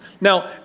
Now